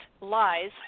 lies